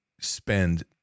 spend